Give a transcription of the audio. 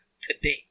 today